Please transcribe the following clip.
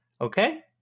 Okay